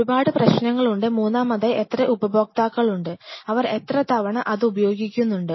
ഒരുപാടു പ്രേശ്നങ്ങളുണ്ട് മൂന്നാമതായി എത്ര ഉപഭോക്താക്കളുണ്ട് അവർ എത്ര തവണ ഇതുപയോഗിക്കുന്നുണ്ട്